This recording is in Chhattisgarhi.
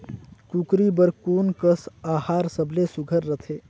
कूकरी बर कोन कस आहार सबले सुघ्घर रथे?